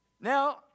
Now